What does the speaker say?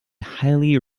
highly